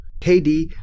KD